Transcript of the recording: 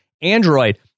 Android